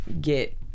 get